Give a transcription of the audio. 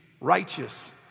righteous